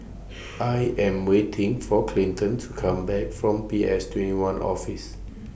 I Am waiting For Clinton to Come Back from P S two one Office